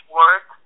work